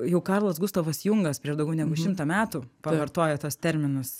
jau karlas gustavas jungas prieš daugiau negu šimtą metų pavartojo tuos terminus